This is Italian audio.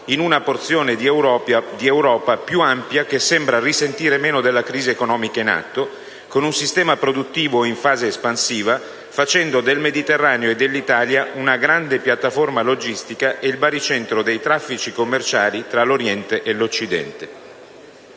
in una porzione di Europa più ampia che sembra risentire meno della crisi economica in atto, con un sistema produttivo in fase espansiva, facendo del Mediterraneo e dell'Italia una grande piattaforma logistica e il baricentro dei traffici commerciali tra l'Oriente e l'Occidente.